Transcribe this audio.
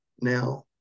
Now